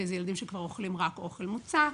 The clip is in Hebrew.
ואלה ילדים שאוכלים רק אוכל מוצק.